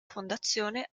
fondazione